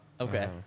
Okay